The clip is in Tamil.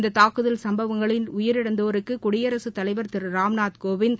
இந்த தாக்குதல் சும்பவங்களில் உயிரிழந்தோருக்கு குடியரசுத்தலைவர் திரு ராம்நாத் கோவிந்த்